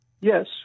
Yes